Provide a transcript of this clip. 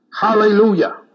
Hallelujah